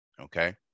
Okay